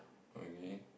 okay